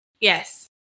Yes